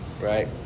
right